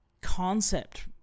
concept